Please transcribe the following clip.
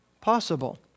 possible